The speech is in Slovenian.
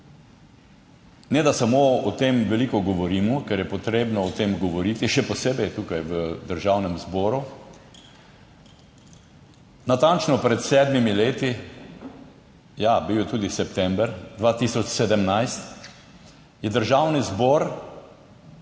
Ne samo, da o tem veliko govorimo, ker je treba o tem govoriti, še posebej tukaj v Državnem zboru. Natančno pred sedmimi leti, ja, bil je september 2017, je Državni zbor